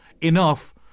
enough